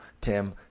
Tim